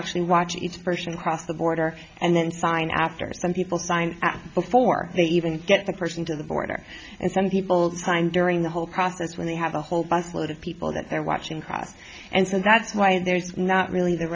actually watch each person cross the border and then sign after some people sign before they even get the person to the border and some people's time during the whole process when they have a whole bus load of people that they're watching cross and so that's why there's not really the